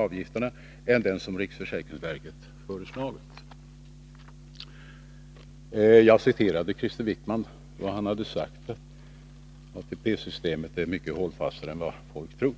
avgifterna än den som riksförsäkringsverket föreslagit.” Jag citerade tidigare vad Krister Wickman sade. ATP-systemet är mycket mer motståndskraftigt än vad folk tror.